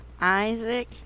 Isaac